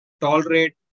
tolerate